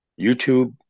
YouTube